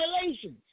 violations